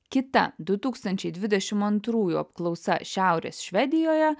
kita du tūkstančiai dvidešimt antrųjų apklausa šiaurės švedijoje